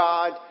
God